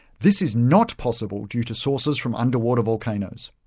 this is not possible due to sources from underwater volcanoes.